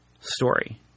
story